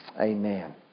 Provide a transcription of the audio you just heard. Amen